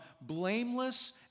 blameless